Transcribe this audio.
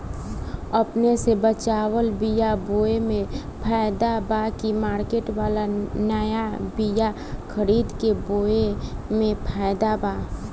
अपने से बचवाल बीया बोये मे फायदा बा की मार्केट वाला नया बीया खरीद के बोये मे फायदा बा?